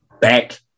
back